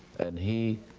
and he,